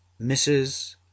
Mrs